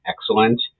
excellent